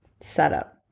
setup